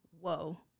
whoa